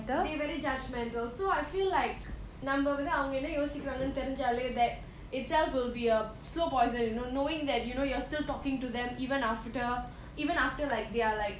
they very judgemental so I feel like நம்ம வந்து அவங்க என்ன யோசிக்கிரங்கனு தெரிஞ்சாலே:namma vandhu avanga enna yosiikiranganu therinjaale that itself will be a slow poison you know knowing that you know you are still talking to them even after even after like they are like